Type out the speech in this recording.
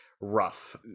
rough